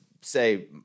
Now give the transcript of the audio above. Say